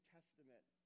Testament